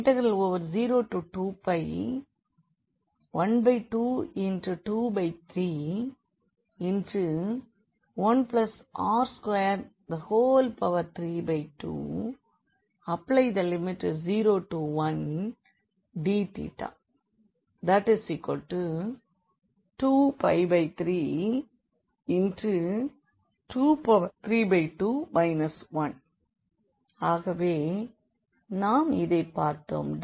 zxyzyx S∬D1x2y2dxdy S02πr011r2rdrdθ 02π12231r23201dθ 2π3232 1 ஆகவே நாம் இதை பார்த்தோம்